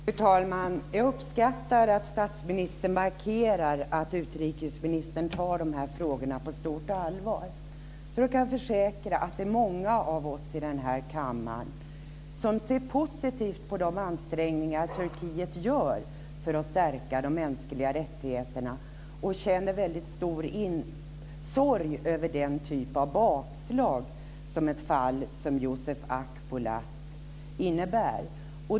Fru talman! Jag uppskattar att statsministern markerar att utrikesministern tar de här frågorna på stort allvar. Jag tror att man kan försäkra att det är många av oss i den här kammaren som ser positivt på de ansträngningar som Turkiet gör för att stärka de mänskliga rättigheterna och som känner en väldigt stor sorg över den typ av bakslag som ett fall som Yusuf Akbulut innebär.